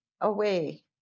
away